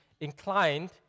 inclined